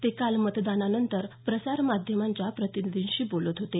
ते काल मतदानानंतर प्रसारमाध्यमांच्या प्रतिनिधींशी बोलत होते